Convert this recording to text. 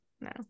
no